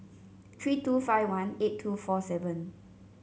three two five one eight two four seven